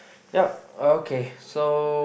yup okay so